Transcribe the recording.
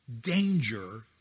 danger